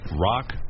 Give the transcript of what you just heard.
rock